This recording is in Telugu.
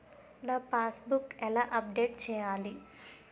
నా పాస్ బుక్ ఎలా అప్డేట్ చేయాలి?